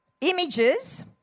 images